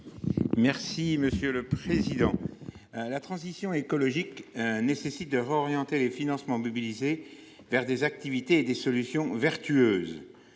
François Longeot. La transition écologique nécessite de réorienter les financements mobilisés vers des activités et des solutions vertueuses.